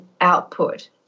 output